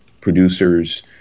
producers